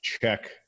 check